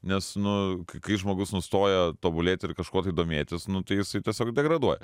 nes nu kai žmogus nustoja tobulėt ir kažkuo tai domėtis nu tai jisai tiesiog degraduoja